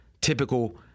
typical